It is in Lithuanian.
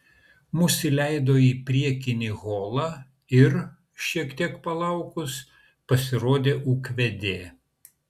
mus įleido į priekinį holą ir šiek tiek palaukus pasirodė ūkvedė